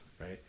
right